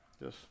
Yes